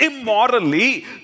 immorally